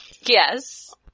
Yes